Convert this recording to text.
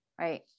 right